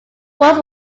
walls